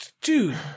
dude